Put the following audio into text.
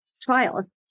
trials